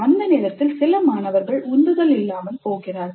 அந்த நேரத்தில் சில மாணவர்கள் உந்துதல் இல்லாமல் போகிறார்கள்